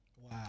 Wow